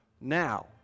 now